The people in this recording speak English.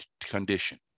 condition